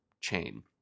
chain